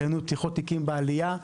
פתיחות תיקים והתעניינות בעלייה.